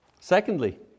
Secondly